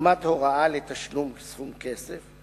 דוגמת הוראה לתשלום סכום כסף,